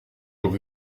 jour